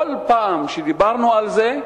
כל פעם שדיברנו על זה,